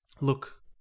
Look